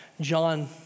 John